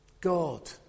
God